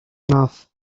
mouth